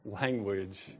language